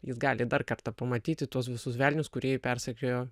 jis gali dar kartą pamatyti tuos visus velnius kurie persekiojo